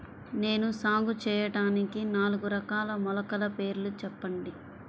నేను సాగు చేయటానికి నాలుగు రకాల మొలకల పేర్లు చెప్పండి?